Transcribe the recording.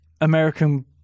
American